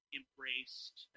embraced